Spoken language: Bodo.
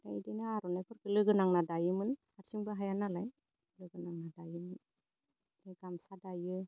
ओमफाय इदिनो आर'नाइफोरखौ लोगोनांनानै दायोमोन हारसिंजोंबो हाया नालाय लोगो नांना दायोमोन ओमफ्राय गामसा दायो